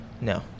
no